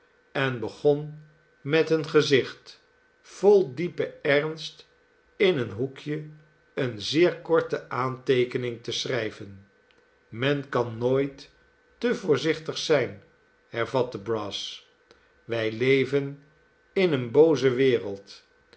en begon met een gezicht vol diepen ernst in een hoekje een zeer korte aanteekening te schrijven men kan nooit te voorzichtig zijn hervatte brass wij leven in eene booze wereld